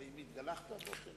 האם התגלחת הבוקר?